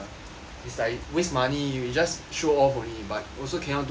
it's like waste money you just show off only but also cannot do anything